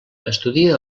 estudia